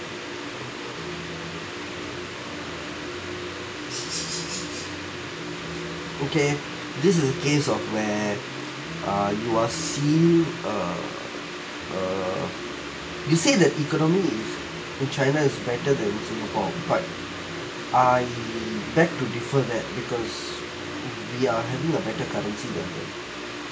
okay this is a case of where uh you are see a a we say that economy in in china is better than singapore but I'm back to defer that because we are having a better currency than them